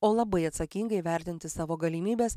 o labai atsakingai vertinti savo galimybes